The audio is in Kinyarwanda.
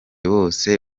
bose